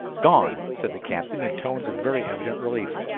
gone, said the captain in tones of very evident relief.